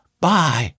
Bye